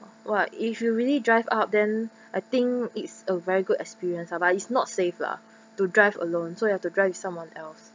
!wah! if you really drive up then I think it's a very good experience lah but is not safe lah to drive alone so you have to drive with someone else